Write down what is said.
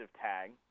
tag